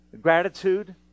gratitude